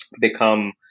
become